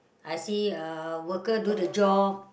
I see uh worker do the job